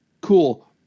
Cool